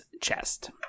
chest